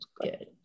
Good